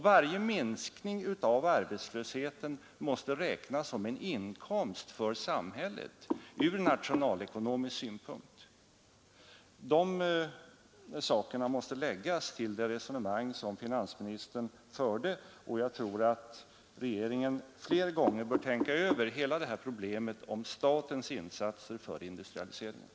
Varje minskning av arbetslösheten måste räknas som en inkomst för samhället. — Dessa saker måste läggas till det resonemang som finansministern förde. Jag tror att regeringen flera gånger bör tänka över hela problemet med statens insatser för industrialiseringen.